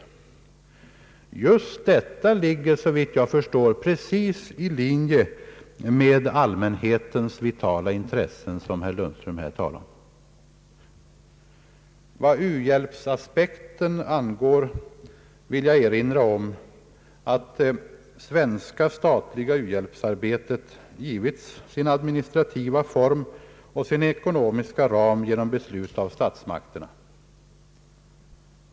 Just detta ligger såvitt jag förstår precis i linje med allmänhetens vitala intresse, som herr Lundström här talar om. Vad u-hjälpsaspekten angår vill jag erinra om att det svenska statliga u-hjälpsarbetet givits sin administrativa form och sin ekonomiska ram genom beslut av statsmakterna.